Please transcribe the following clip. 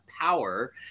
power